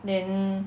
then